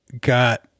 got